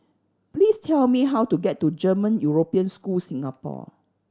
please tell me how to get to German European School Singapore